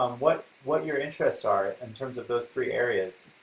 um what what your interests are in terms of those three areas?